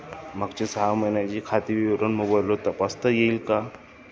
मागच्या सहा महिन्यांचे खाते विवरण मोबाइलवर तपासता येईल का?